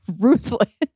ruthless